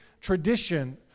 tradition